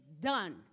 done